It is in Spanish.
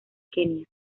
kenia